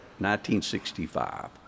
1965